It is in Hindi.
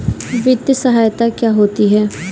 वित्तीय सहायता क्या होती है?